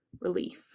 relief